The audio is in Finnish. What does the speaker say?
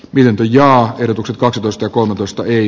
vilen ja ehdotukset kaksitoista kolmetoista ei